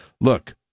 look